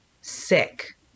sick